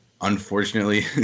Unfortunately